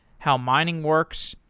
how mining works,